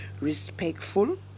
respectful